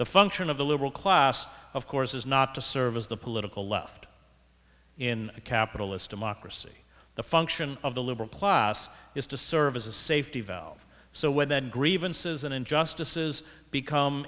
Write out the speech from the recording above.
function of the liberal class of course is not to serve as the political left in a capitalist democracy the function of the liberal class is to serve as a safety valve so when then grievances and injustices become